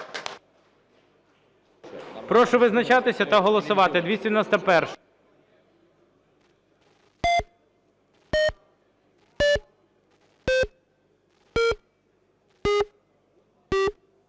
Прошу визначатися та голосувати.